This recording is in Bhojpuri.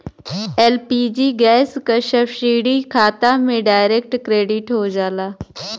एल.पी.जी गैस क सब्सिडी खाता में डायरेक्ट क्रेडिट हो जाला